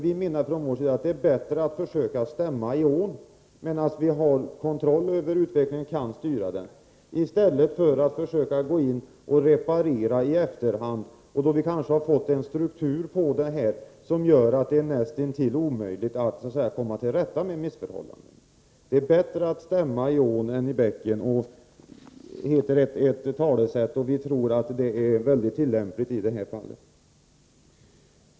Vi menar från vår sida att det är bättre att så att säga stämma i bäcken, medan vi har kontroll över utvecklingen och kan styra den i stället för att försöka reparera skador i efterhand, då vi kanske fått en struktur på den här typen av övervakning som gör det näst intill omöjligt att komma till rätta med missförhållanden. ”Bättre att stämma i bäcken än i ån” är ett talesätt, och vi anser att det är tillämpligt i det här fallet.